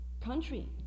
country